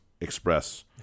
express